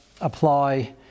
apply